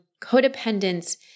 codependence